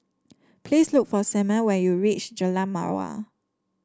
please look for Selmer when you reach Jalan Mawar